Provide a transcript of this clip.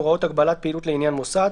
הוראות הגבלת פעילות לעניין מוסד),